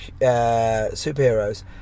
superheroes